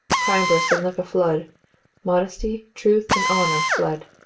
crime burst in like a flood modesty, truth, and honor fled.